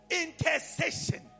Intercession